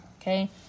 okay